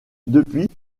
depuis